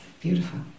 Beautiful